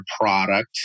product